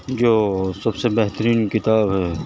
جو سب سے بہترین کتاب ہے